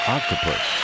Octopus